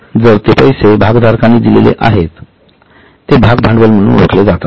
तर जे पैसे भागधारकांनी दिलेले आहेत ते भाग भांडवल म्हणून ओळखले जातात